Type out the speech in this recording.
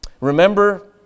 Remember